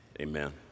amen